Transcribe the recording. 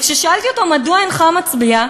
כששאלתי אותו: מדוע אינך מצביע?